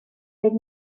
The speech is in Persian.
فکر